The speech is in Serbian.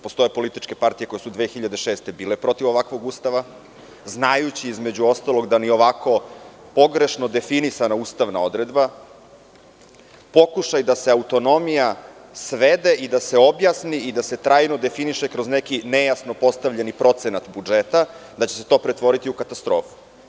Postoje političke partije koje su 2006. godine bile protiv ovakvog Ustava, znajući, između ostalog, da ni ovako pogrešno definisana ustavna odredba, pokušaj da se autonomija svede i da se objasni i da se trajno definiše kroz neki nejasno postavljeni procenat budžeta, da će se to pretvoriti u katastrofu.